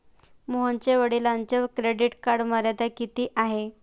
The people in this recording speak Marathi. मोहनच्या वडिलांची क्रेडिट कार्ड मर्यादा किती आहे?